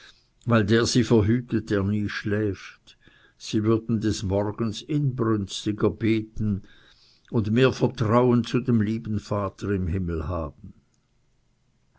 weil der sie verhütet der nie schläft sie würden des morgens inbrünstiger beten und mehr vertrauen zu dem lieben vater im himmel haben